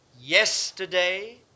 yesterday